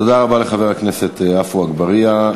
תודה רבה לחבר הכנסת עפו אגבאריה.